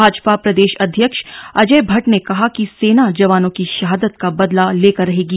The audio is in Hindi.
भाजपा प्रदेश अध्यक्ष अजय भट्ट ने कहा कि सेना जवानों की शहादत का बदला लेकर रहेगी